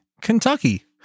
Kentucky